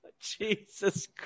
Jesus